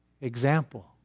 example